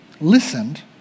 listened